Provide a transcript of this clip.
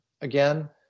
again